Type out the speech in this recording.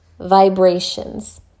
vibrations